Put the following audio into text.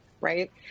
right